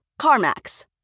CarMax